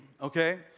okay